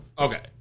Okay